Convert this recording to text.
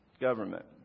government